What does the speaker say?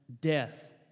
death